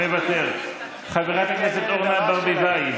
מוותר, חברת הכנסת אורנה ברביבאי,